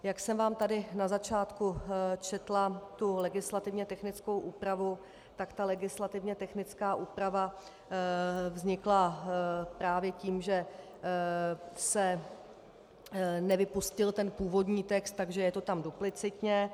Jak jsem vám tady na začátku četla legislativně technickou úpravu, tak ta legislativně technická úprava vznikla právě tím, že se nevypustil ten původní text, takže je to tam duplicitně.